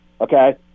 Okay